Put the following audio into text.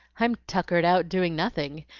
i'm tuckered out doing nothing,